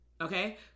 Okay